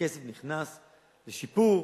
הכסף נכנס לשיפור,